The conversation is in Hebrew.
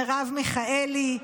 מרב מיכאלי,